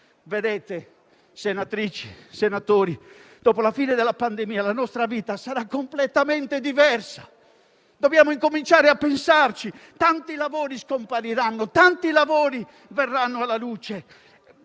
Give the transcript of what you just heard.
Onorevoli senatrici e senatori, dopo la fine della pandemia la nostra vita sarà completamente diversa. Dobbiamo incominciare a pensarci. Tanti lavori scompariranno, tanti verranno alla luce.